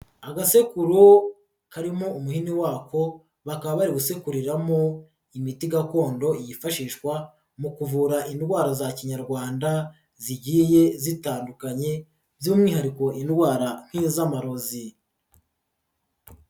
Agasekuru karimo umuhini wako, bakaba bari gusekuriramo imiti gakondo yifashishwa mu kuvura indwara za kinyarwanda zigiye zitandukanye by'umwihariko indwara nk'iz'amarozi.